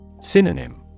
Synonym